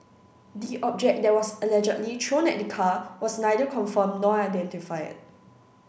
the object that was allegedly thrown at the car was neither confirmed nor identified